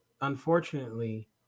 unfortunately